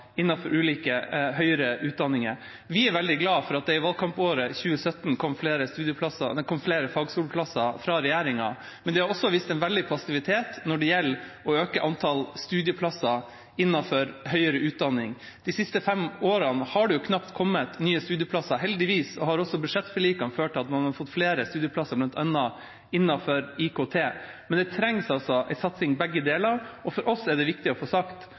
innenfor ulike høyere utdanninger. Vi er veldig glad for at det i valgkampåret 2017 kom flere fagskoleplasser fra regjeringa, men de har vist veldig passivitet når det gjelder å øke antallet studieplasser innenfor høyere utdanning. De siste fem årene har det knapt kommet nye studieplasser. Heldigvis har budsjettforlikene ført til at man har fått flere studieplasser bl.a. innenfor IKT. Men det trengs en satsing på begge deler, og for oss er det viktig å få sagt